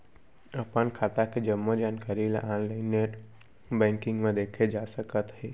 अपन खाता के जम्मो जानकारी ल ऑनलाइन नेट बैंकिंग म देखे जा सकत हे